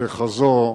ככזאת,